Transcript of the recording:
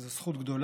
זו זכות גדולה.